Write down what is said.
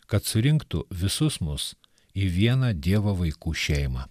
kad surinktų visus mus į vieną dievo vaikų šeimą